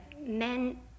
men